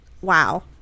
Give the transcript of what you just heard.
wow